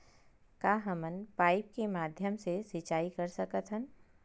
का हमन पाइप के माध्यम से सिंचाई कर सकथन?